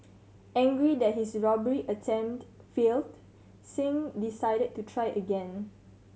angry that his robbery attempt failed Singh decided to try again